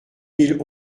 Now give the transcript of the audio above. mille